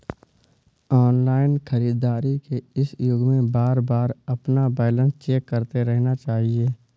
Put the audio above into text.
online खरीदारी के इस युग में बारबार अपना बैलेंस चेक करते रहना चाहिए